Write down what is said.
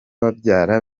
babyara